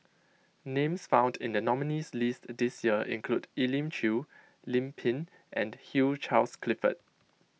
names found in the nominees' list this year include Elim Chew Lim Pin and Hugh Charles Clifford